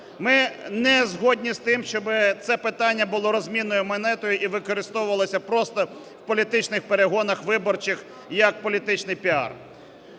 Ми не згодні з тим, щоби це питання було розмінною монетою і використовувалося просто в політичних перегонах виборчих як політичний піар.